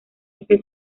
este